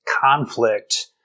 conflict